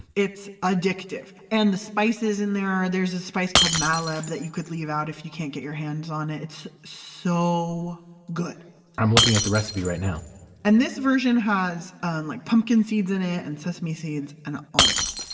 it's addictive. and the spices in there. there's a spice called malib that you could leave out if you can't get your hands on it. it's so good i'm looking at the recipe right now and this version has like pumpkin seeds in it and sesame seeds and almonds.